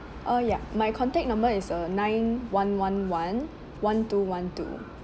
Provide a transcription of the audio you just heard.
uh ya my contact number is uh nine one one one one two one two